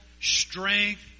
strength